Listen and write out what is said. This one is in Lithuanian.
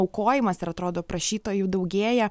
aukojimas ir atrodo prašytojų daugėja